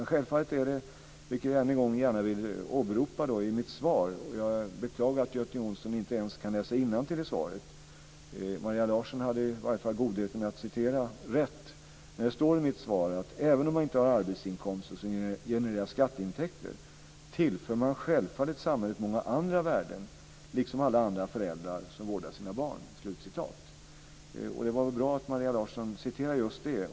Än en gång åberopar jag vad jag säger i mitt svar. Jag beklagar att Göte Jonsson inte ens kan läsa innantill. Maria Larsson hade i varje fall godheten att citera rätt. I mitt svar står det: Även om man inte har arbetsinkomster som genererar skatteintäkter tillför man självfallet samhället många andra värden, liksom alla andra föräldrar som vårdar sina barn. Det är väl bra att Maria Larsson citerade just det.